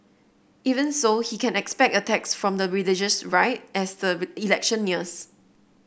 even so he can expect attacks from the religious right as the election nears